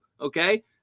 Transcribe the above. okay